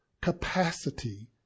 capacity